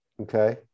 Okay